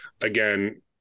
Again